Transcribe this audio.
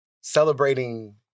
Celebrating